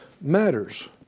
matters